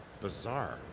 bizarre